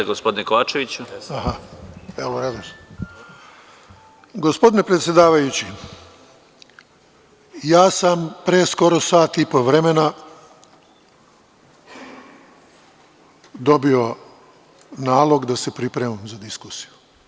Gospodine predsedavajući, ja sam pre skoro sat i po vremena dobio nalog da se pripremim za diskusiju.